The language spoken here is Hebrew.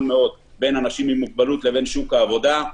מאוד בין אנשים עם מוגבלות לבין שוק העבודה.